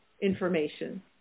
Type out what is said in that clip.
information